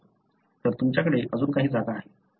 तर तुमच्याकडे अजून काही जागा आहे